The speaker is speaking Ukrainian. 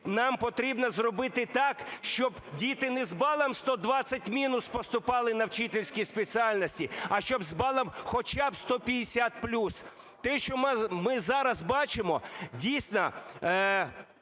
Нам потрібно зробити так, щоб діти не з балом "120 мінус" поступали на вчительські спеціальності, а щоб з балом хоча б "150 плюс". Те, що ми зараз бачимо, дійсно,